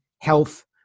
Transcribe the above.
health